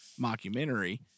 mockumentary